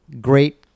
great